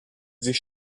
sich